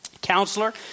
Counselor